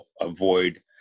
avoid